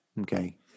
Okay